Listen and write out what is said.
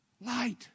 Light